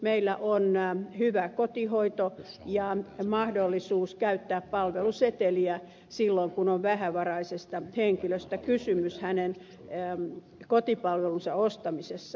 meillä on hyvä kotihoito ja mahdollisuus käyttää palveluseteliä silloin kun on vähävaraisesta henkilöstä kysymys hänen kotipalvelunsa ostamisessa